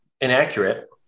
inaccurate